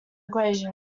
equation